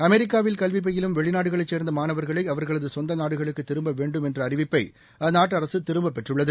அமெரிக்காவில் கல்விபயிலும் வெளிநாடுகளைச் சேர்ந்தமாணவர்களைஅவர்களதுசொந்தநாடுகளுக்குத் திரும்பவேண்டும் என்றஅறிவிப்பை அந்நாட்டு அரசுதிரும்பப்பெற்றுள்ளது